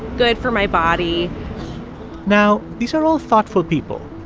good for my body now, these are all thoughtful people.